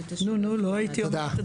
תודה.